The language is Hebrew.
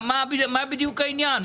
מה בדיוק העניין?